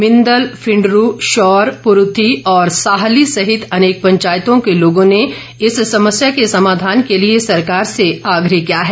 मिंदल फिंडरू शौर पुरूथी और साहली सहित अनेक पंचायतों के लोगों ने इस समस्या के समाधान के लिए सरकार से आग्रह किया है